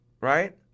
Right